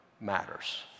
matters